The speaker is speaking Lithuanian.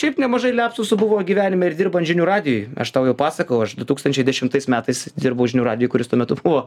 šiaip nemažai liapsusų buvo gyvenime ir dirbant žinių radijuj aš tau jau pasakojau aš du tūkstančiai dešimtais metais dirbau žinių radijuj kuris tuo metu buvo